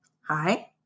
Hi